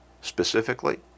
specifically